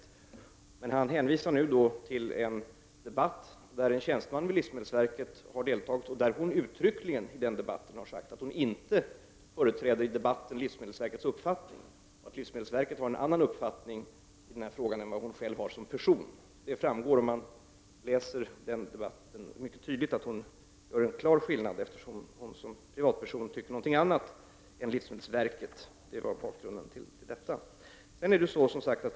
Lennart Brunander hänvisar nu till en debatt, i vilken en tjänsteman från livsmedelsverket har deltagit och uttryckligen har sagt att hon inte i debatten företräder livsmedelsverkets uppfattning, utan att livsmedelsverket har en annan uppfattning i frågan än vad hon själv har som person. Det framgår mycket tydligt att hon gör en klar åtskillnad, om man läser referat från den debatten. Hon tycker som privatperson någonting annat än livsmedelsverket. Det var bakgrunden till frågan.